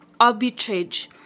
arbitrage